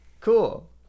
cool